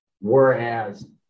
Whereas